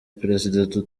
perezida